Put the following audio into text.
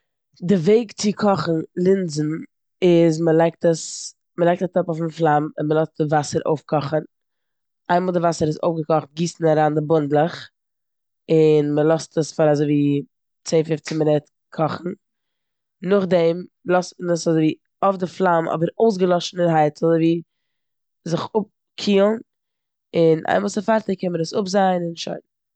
די וועג צו קאכן לינזן איז מ'לייגט עס- מ'לייגט א טאפ אויפן פלאם און מ'לאזט די וואסער אויפקאכן. איינמאל די וואסער איז אויפגעקאכט גיסט מען אריין די בונדלעך און מ'לאזט פאר אזויווי צען פופצן מינוט קאכן. נאכדעם לאזט מען עס אזויווי אויף די פלאם אבער אויסגעלאשענערהייט, ס'זאל אזויווי זיך אפקילן און איין מאל ס'פארטיג קען מען עס אפזייען און שוין.